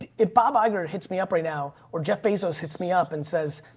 if bob iger hits me up right now, or jeff bezos hits me up and says,